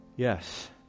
Yes